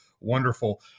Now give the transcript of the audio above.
wonderful